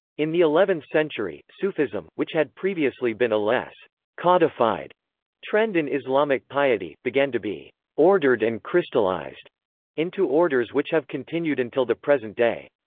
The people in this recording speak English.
in the eleventh-century, sufism, which had previously been a less codified trend in islamic piety, began to be ordered and crystallized into orders which have continued until the present day.